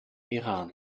iran